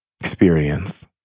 experience